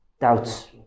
doubts